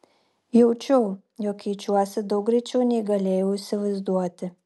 jaučiau jog keičiuosi daug greičiau nei galėjau įsivaizduoti